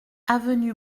avenue